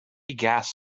gas